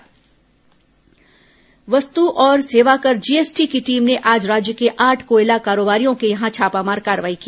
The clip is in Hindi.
कोल कारोबारी छापा वस्तु और सेवा कर जीएसटी की टीम ने आज राज्य के आठ कोयला कारोबारियों के यहां छापामार कार्रवाई की